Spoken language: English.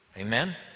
Amen